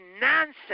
nonsense